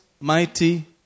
mighty